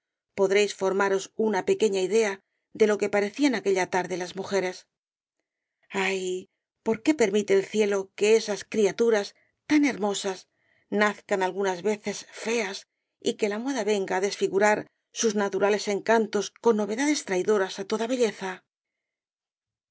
podréis formaros una pequeña idea de lo que parecían aquella tarde las mujeres ay por qué permite el cielo que esas criaturas tan hermosas nazcan algunas veces feas y que la moda venga á desfigurar sus naturales encantos con novedades traidoras á toda belleza